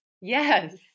Yes